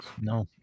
no